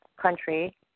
country